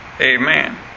Amen